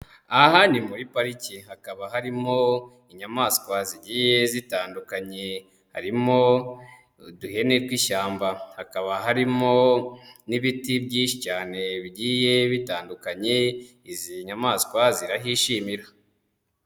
Aha ni muri pariki hakaba harimo inyamaswa zigiye zitandukanye, harimo uduhene tw'ishyamba, hakaba harimo n'ibiti byinshi cyane bigiye bitandukanye, izi nyamaswa zirahishimira.